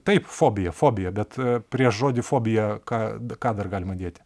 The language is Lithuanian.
taip fobija fobija bet prieš žodį fobija ką ką dar galima dėti